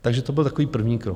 Takže to byl takový první krok.